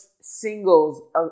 singles